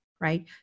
right